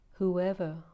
Whoever